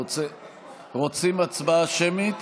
רוצים הצבעה שמית?